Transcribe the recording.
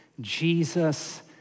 Jesus